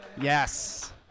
yes